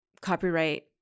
copyright